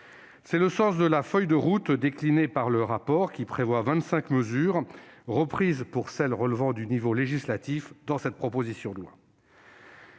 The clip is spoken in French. C'est le sens de la feuille de route déclinée par le rapport, qui prévoit vingt-cinq mesures, reprises- pour celles qui relèvent du niveau législatif -dans cette proposition de loi.